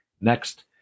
next